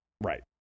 Right